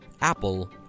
Apple